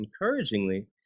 Encouragingly